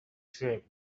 trip